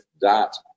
dot